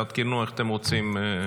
תעדכנו איך אתם רוצים.